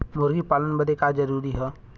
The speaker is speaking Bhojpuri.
मुर्गी पालन बदे का का जरूरी ह?